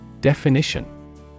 Definition